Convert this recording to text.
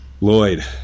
Lloyd